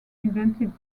invented